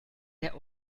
der